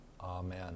Amen